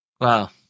Wow